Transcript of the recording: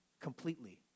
completely